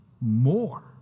more